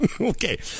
Okay